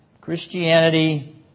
Christianity